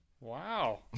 Wow